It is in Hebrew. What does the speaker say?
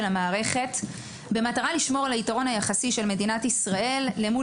המערכת במטרה לשמור על היתרון היחסי של מדינת ישראל מול